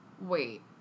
wait